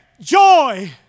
joy